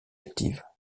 active